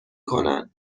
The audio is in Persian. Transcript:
کنن